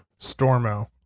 Stormo